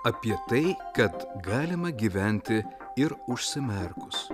apie tai kad galima gyventi ir užsimerkus